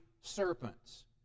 serpents